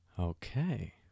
Okay